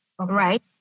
Right